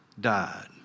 died